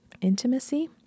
intimacy